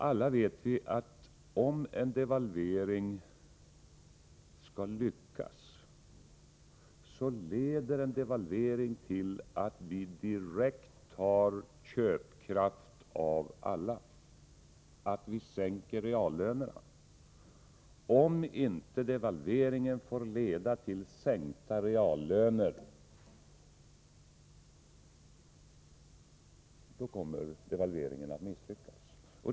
Vi vet alla, att om en devalvering skall lyckas, måste den leda till att vi direkt tar köpkraft från alla, att vi sänker reallönerna. Om devalveringen inte får leda till sänkta reallöner, kommer den att misslyckas.